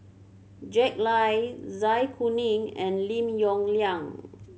Jack Lai Zai Kuning and Lim Yong Liang